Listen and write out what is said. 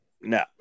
No